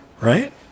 Right